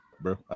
bro